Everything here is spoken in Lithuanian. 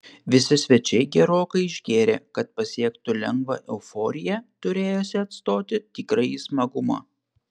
visi svečiai gerokai išgėrė kad pasiektų lengvą euforiją turėjusią atstoti tikrąjį smagumą